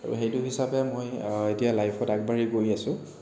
আৰু সেইটো হিচাপে মই এতিয়া লাইফত আগবাঢ়ি গৈ আছোঁ